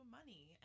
money